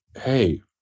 Hey